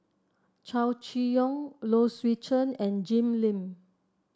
Chow Chee Yong Low Swee Chen and Jim Lim